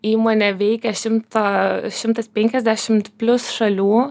įmonė veikia šimtą šimtas penkiasdešimt plius šalių